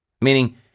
Meaning